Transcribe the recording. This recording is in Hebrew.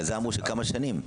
בגלל זה אמרו שכמה שנים.